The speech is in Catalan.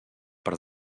per